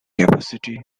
capacity